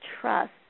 trust